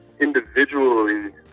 individually